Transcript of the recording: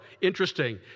Interesting